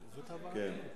זה מה שאתם רוצים?